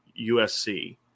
USC